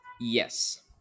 Yes